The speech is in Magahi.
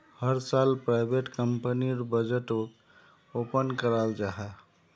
हर साल प्राइवेट कंपनीर बजटोक ओपन कराल जाहा